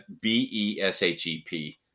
B-E-S-H-E-P